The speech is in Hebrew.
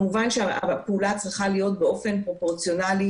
כמובן שהפעולה צריכה להיות באופן פרופורציונאלי